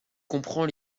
comprend